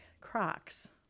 Crocs